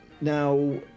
now